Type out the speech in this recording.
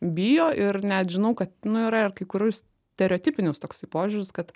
bijo ir net žinau kad nu yra ir kai kurių stereotipinis toksai požiūris kad